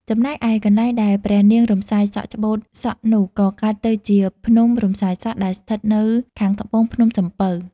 ចំណែកឯកន្លែងដែលព្រះនាងរំសាយសក់ច្បូតសក់នោះ ក៏កើតទៅជា ភ្នំរំសាយសក់ ដែលស្ថិតនៅខាងត្បូងភ្នំសំពៅ។